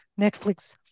netflix